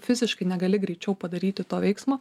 fiziškai negali greičiau padaryti to veiksmo